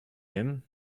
him